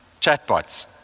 chatbots